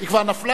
היא כבר נפלה,